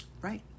Right